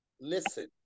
listen